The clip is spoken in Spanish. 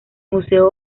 museo